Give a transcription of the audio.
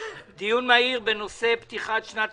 אנחנו עוברים לסעיף הבא בסדר היום: דיון מהיר בנושא פתיחת שנת